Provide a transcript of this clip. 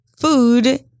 food